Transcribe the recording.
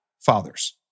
fathers